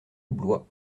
blois